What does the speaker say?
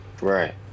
Right